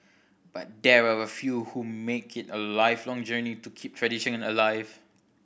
but there are a few who make it a lifelong journey to keep tradition in alive